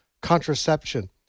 contraception